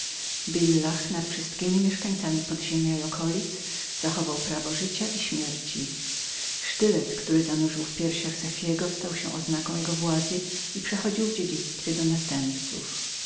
billah nad wszystkimi mieszkańcami podziemia i okolic zachował prawo życia i śmierci sztylet który był zanurzył w piersiach sefiego stał się oznaką jego władzy i przechodził w dziedzictwie do następców